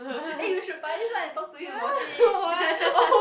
eh you should buy this one and talk to him about it